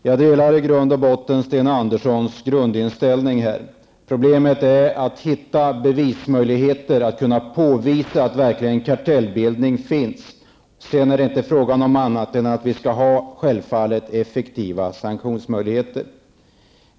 Herr talman! I grund och botten har jag samma inställning här som Sten Andersson i Malmö. Problemet är bara att hitta bevismöjligheter när det gäller att påvisa att kartellbildning verkligen finns. Det är inte fråga om något annat än att vi, självfallet, skall ha möjligheter till effektiva sanktioner.